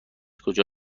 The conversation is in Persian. کجا